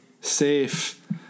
Safe